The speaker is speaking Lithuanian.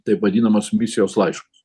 taip vadinamas misijos laiškas